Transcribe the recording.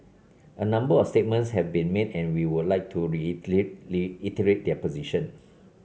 a number of statements have been made and we would like to reiterate their position